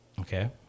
Okay